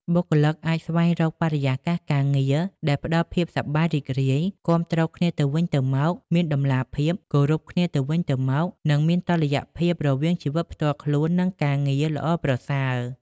បុគ្គលិកអាចស្វែងរកបរិយាកាសការងារដែលផ្តល់ភាពសប្បាយរីករាយ គាំទ្រគ្នាទៅវិញទៅមក មានតម្លាភាព គោរពគ្នាទៅវិញទៅមក និងមានតុល្យភាពរវាងជីវិតផ្ទាល់ខ្លួន និងការងារ ល្អប្រសើរ។